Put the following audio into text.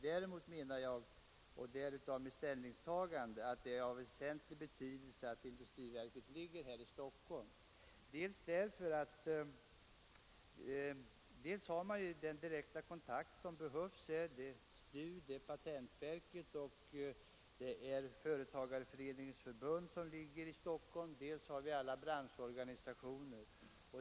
Däremot menar jag — därav mitt ställningstagande — att det är Nr 83 av stor betydelse att industriverket ligger här i Stockholm. Här är det Torsdagen den lättare att ta de direkta kontakter som behövs, eftersom dels STU, 16 maj 1974 patentverket och Företagareföreningarnas förbund, dels alla branschorga nisationer är förlagda i Stockholm.